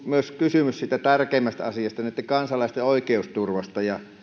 myös siitä tärkeimmästä asiasta kansalaisten oikeusturvasta ja